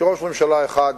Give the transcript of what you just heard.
שראש ממשלה אחד,